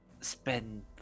spend